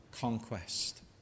conquest